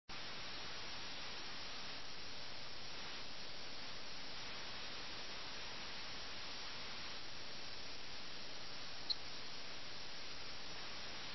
സൂചകപദങ്ങൾ chess കളിക്കാർ കഥാ ഘടന ഹലോ ചെറുകഥാ ഘടനയും പ്രേംചന്ദിന്റെ 'ദ ചെസ്സ് പ്ലെയേഴ്സ്' എന്ന ഈ സെഷനിലേക്ക് വീണ്ടും സ്വാഗതം